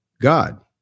God